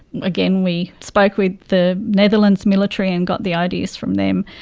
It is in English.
again, we spoke with the netherlands military and got the ideas from them,